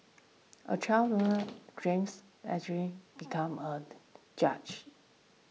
a child James a dream became a judge